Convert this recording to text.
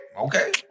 okay